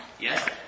Yes